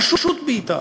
פשוט בעיטה.